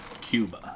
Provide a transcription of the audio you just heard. Cuba